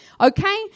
okay